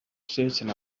certain